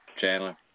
Chandler